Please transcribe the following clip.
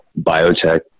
biotech